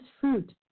fruit